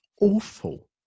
awful